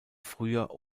früher